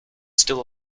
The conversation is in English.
still